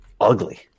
ugly